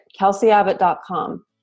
KelseyAbbott.com